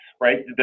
right